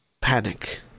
panic